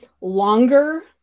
longer